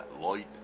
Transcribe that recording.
light